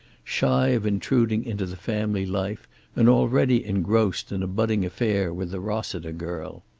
shy of intruding into the family life and already engrossed in a budding affair with the rossiter girl.